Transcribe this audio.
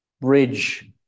bridge